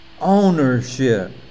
ownership